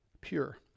pure